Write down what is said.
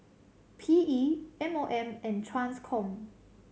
P E M O M and Transcom